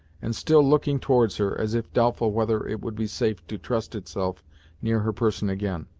and still looking towards her, as if doubtful whether it would be safe to trust itself near her person again.